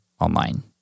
online